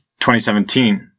2017